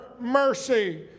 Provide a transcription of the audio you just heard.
mercy